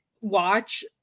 watch